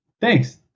Thanks